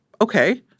okay